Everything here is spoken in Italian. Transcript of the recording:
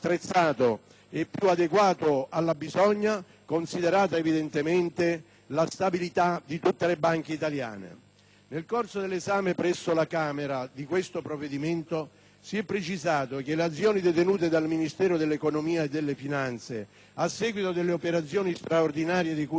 e più adeguato alla bisogna, considerata la stabilità di tutte le banche italiane. Nel corso dell'esame presso la Camera, si è precisato che le azioni detenute dal Ministero dell'economia e delle finanze, a seguito delle operazioni straordinarie di cui sopra,